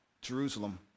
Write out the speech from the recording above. Jerusalem